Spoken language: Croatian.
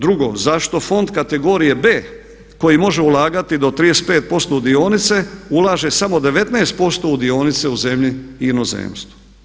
Drugo, zašto fond kategorije B koji može ulagati do 35% u dionice ulaže samo 19% u dionice u zemlji i inozemstvu?